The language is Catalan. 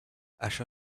això